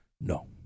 no